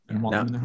Now